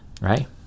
right